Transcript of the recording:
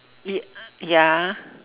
y~ ya